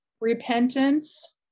repentance